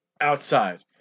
outside